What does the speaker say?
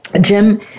Jim